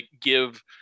give